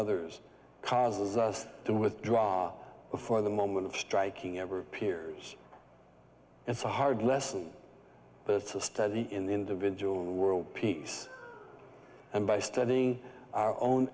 others causes us to withdraw before the moment of striking ever appears and so hard lesson but it's a study in the individual world peace and by studying our own